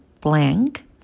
blank